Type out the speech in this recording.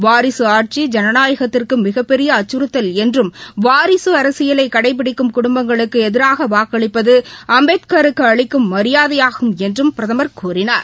வாரிசு ஆட்சி ஜனநாயகத்திற்கு மிகப்பெரிய அச்சுறுத்தல் என்றும் வாரிசு அரசியலை கடைபிடிக்கும் குடும்பங்களுக்கு எதிராக வாக்களிப்பது அம்பேத்கருக்கு அளிக்கும் மரியாதையாகும் என்றும் பிரதமர் கூறினார்